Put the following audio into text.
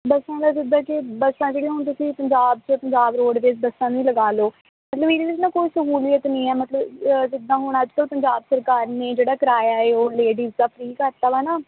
ਬੱਸਾਂ ਦਾ ਜਿੱਦਾਂ ਕਿ ਬੱਸਾਂ ਜਿਹੜੀਆਂ ਹੁਣ ਤੁਸੀਂ ਪੰਜਾਬ 'ਚ ਪੰਜਾਬ ਰੋਡਵੇਜ਼ ਬੱਸਾਂ ਹੀ ਲਗਾ ਲਓ ਮਤਲਬ ਇਹਦੇ ਵਿੱਚ ਨਾ ਕੋਈ ਸਹੂਲੀਅਤ ਨਹੀਂ ਹੈ ਮਤਲਬ ਜਿੱਦਾਂ ਹੁਣ ਅੱਜ ਕੱਲ੍ਹ ਪੰਜਾਬ ਸਰਕਾਰ ਨੇ ਜਿਹੜਾ ਕਿਰਾਇਆ ਏ ਉਹ ਲੇਡੀਜ ਦਾ ਫਰੀ ਕਰਤਾ ਵਾ ਨਾ